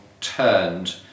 turned